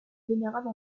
vénérable